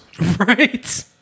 Right